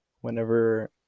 Whenever